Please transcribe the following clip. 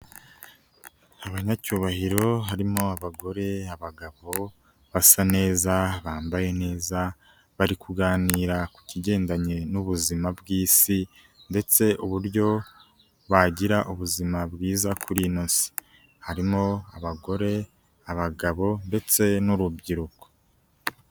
Abanyacyubahiro harimo abagore, abagabo basa neza bambaye neza, bari kuganira ku kigendanye n'ubuzima bw'isi ndetse uburyo bagira ubuzima bwiza kuri ino si. Harimo abagore, abagabo ndetse n'urubyiruko.